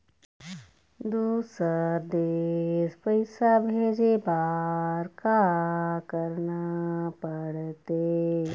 दुसर देश पैसा भेजे बार का करना पड़ते?